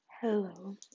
Hello